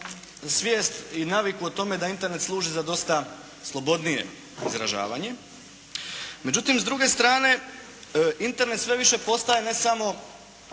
svijest i naviku o tome da Internet služi za dosta slobodnije izražavanje. Međutim s druge strane Internet sve više postaje ne samo